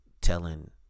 telling